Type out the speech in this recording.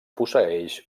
posseeix